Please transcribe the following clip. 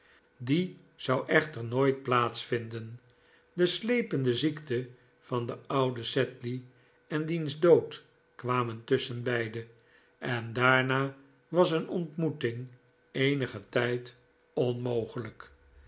die zou echter nooit plaats vinden de slepende ziekte van den ouden sedley en diens dood kwamen tusschenbeide en daarna was een ontmoeting eenigen tijd onmogelijk